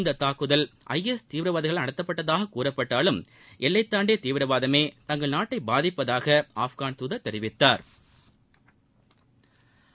இந்த தாக்குதல் I S தீவிரவாதிகளால் நடத்தப்பட்டதாக கூறப்பட்டாலும் எல்லை தாண்டிய தீவிரவாதமே தங்கள் நாட்டை பாதிப்பதாக ஆப்கன் தூதர் தெரிவித்தாா்